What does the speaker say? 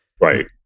Right